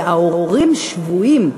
וההורים שבויים.